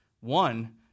One